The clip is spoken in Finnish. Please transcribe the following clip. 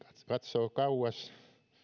se katsoo kauas